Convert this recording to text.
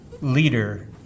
leader